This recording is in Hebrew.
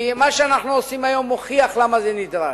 כי מה שאנחנו עושים היום מוכיח למה זה נדרש.